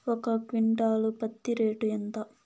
ఒక క్వింటాలు పత్తి రేటు ఎంత?